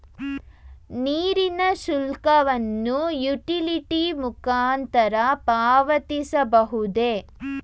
ನೀರಿನ ಶುಲ್ಕವನ್ನು ಯುಟಿಲಿಟಿ ಮುಖಾಂತರ ಪಾವತಿಸಬಹುದೇ?